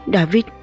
David